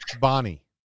bonnie